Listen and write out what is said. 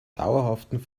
dauerhaften